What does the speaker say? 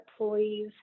employees